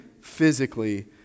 physically